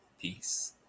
Peace